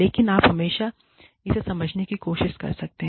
लेकिन आप हमेशा इसे समझने की कोशिश कर सकते हैं